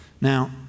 Now